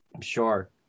Sure